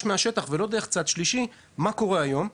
מהשטח ולא דרך צד שלישי - מה קורה היום,